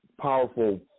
powerful